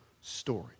story